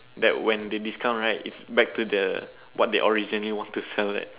that when they discount right it's back to the what they originally want to sell at